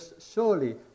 surely